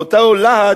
באותו להט,